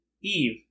Eve